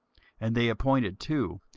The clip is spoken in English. and they appointed two,